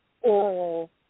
oral